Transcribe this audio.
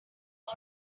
all